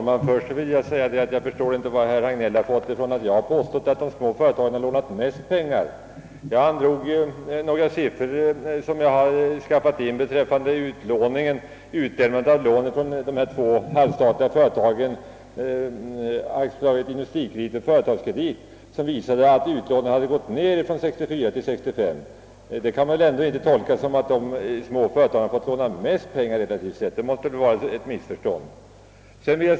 Herr talman! Jag förstår inte varifrån herr Hagnell har fått att jag skulle ha påstått, att de små företagen lånat mest pengar. Jag återgav några siffror beträffande utlåningen från de två halvstatliga företagen AB Industrikredit och AB Företagskredit. Dessa siffror visade att utlåningen gått ned från år 1964 till år 1965. Detta kan väl inte tolkas så att småföretagen fått låna mest utan måste vara ett missförstånd.